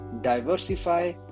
diversify